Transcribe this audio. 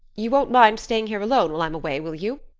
you won't mind staying here alone while i'm away, will you?